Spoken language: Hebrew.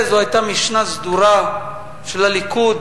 הרי זו היתה משנה סדורה של הליכוד,